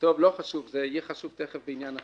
לא חשוב, זה יהיה חשוב תיכף בעניין אחר.